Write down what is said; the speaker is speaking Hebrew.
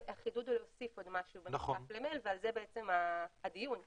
החידוד הוא להוסיף עוד משהו בנוסף למייל ועל זה הדיון כאן.